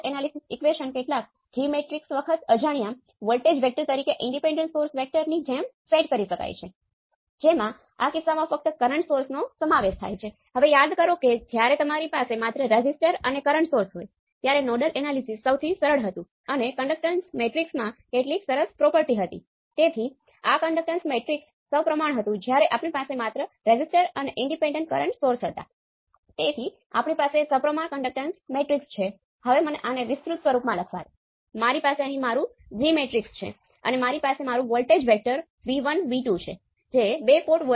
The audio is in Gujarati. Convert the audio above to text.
બધા સ્વતંત્ર સ્ત્રોતોને બહાર બતાવવામાં આવ્યા છે અને મેં અહી બે સાથેનો કિસ્સો બતાવ્યો છે પરંતુ તમે તેને કોઈપણ સંખ્યા સુધી સામાન્ય બનાવી શકો છો